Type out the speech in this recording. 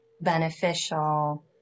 beneficial